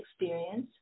experience